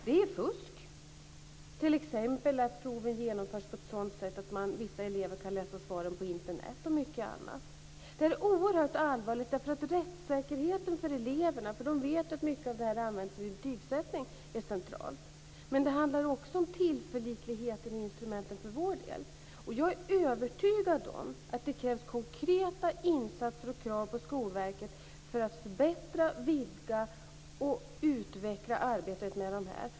Det är fusk, t.ex. när proven genomförs på ett sådant sätt att vissa elever kan läsa svaren på Internet, och mycket annat. Det här är oerhört allvarligt därför att rättssäkerheten för eleverna - de vet ju att mycket av proven används vid betygssättning - är central. Men det handlar också om tillförlitligheten i instrumenten för vår del. Jag är övertygad om att det krävs konkreta insatser och krav på Skolverket för att förbättra, vidga och utveckla arbetet med det här.